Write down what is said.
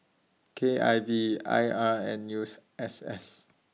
K I V I R and U S S